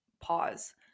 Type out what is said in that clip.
pause